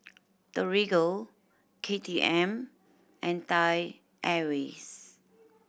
Torigo K T M and Thai Airways